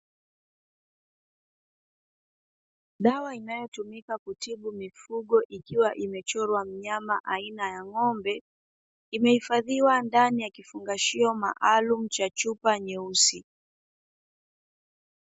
Dawa inayotumika kutibu mifugo ikiwa imechorwa mnyama aina ya ng'ombe imehifadhiwa ndani ya kifungashio mbalimbali maalumu cha chupa nyeusi.